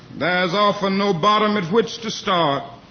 there is often no bottom at which to start,